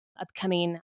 upcoming